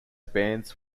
bands